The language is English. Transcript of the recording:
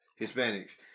Hispanics